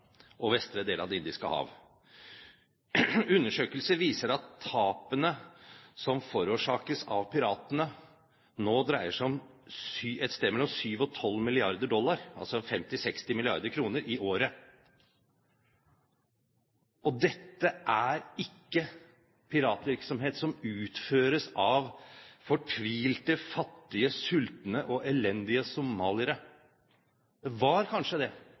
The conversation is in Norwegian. og vestre del av Det indiske hav. Undersøkelser viser at tapene som forårsakes av piratene, nå dreier seg om et sted mellom 7 og 12 mrd. dollar – altså 50–60 mrd. kr – i året. Og dette er ikke piratvirksomhet som utføres av fortvilte, fattige, sultne og elendige somaliere. Det var kanskje det